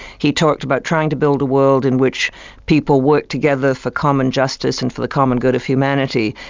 he talked about trying to build a world in which people worked together for common justice and for the common good of humanity.